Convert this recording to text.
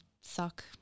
suck